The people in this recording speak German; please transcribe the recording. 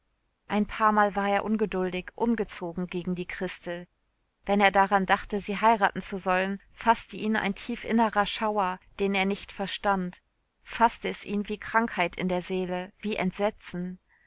ein paarmal war er ungeduldig ungezogen gegen die christel wenn er daran dachte sie heiraten zu sollen faßte ihn ein tiefinnerer schauer den er nicht verstand faßte es ihn wie krankheit in der seele wie entsetzen